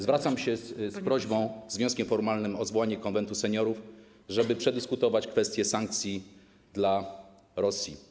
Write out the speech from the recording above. Zwracam się z prośbą, z wnioskiem formalnym o zwołanie Konwentu Seniorów, żeby przedyskutować kwestię sankcji dla Rosji.